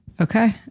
Okay